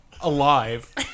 Alive